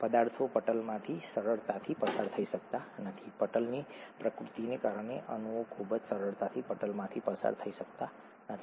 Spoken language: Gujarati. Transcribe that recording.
પદાર્થો પટલમાંથી સરળતાથી પસાર થઈ શકતા નથી પટલની પ્રકૃતિને કારણે અણુઓ ખૂબ જ સરળતાથી પટલમાંથી પસાર થઈ શકતા નથી